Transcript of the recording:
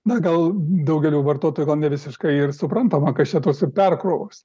na gal daugelio vartotojų gal nevisiškai ir suprantama kas čia tos perkrovos